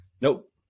nope